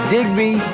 Digby